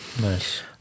nice